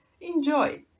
enjoy